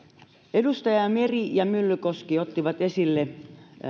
edustajat meri ja myllykoski ottivat esille